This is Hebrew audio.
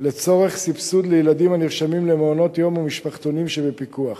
לצורך סבסוד לילדים הנרשמים למעונות יום ומשפחתונים שבפיקוח.